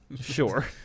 Sure